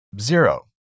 zero